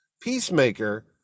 Peacemaker